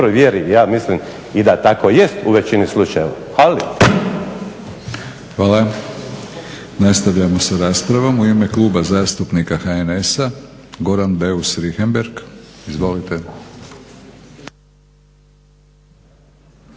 Hvala. Nastavljamo sa raspravom. U ime Kluba zastupnika HNS-a Goran Beus Richembergh. Izvolite.